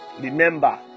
Remember